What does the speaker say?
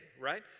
right